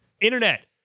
Internet